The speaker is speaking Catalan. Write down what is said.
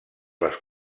les